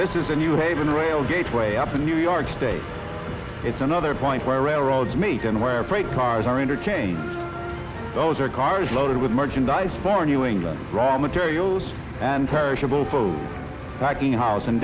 this is a new haven rail gateway up in new york state it's another point where railroads meet and where freight cars are interchange those are cars loaded with merchandise for new england raw materials and perishable phone hacking house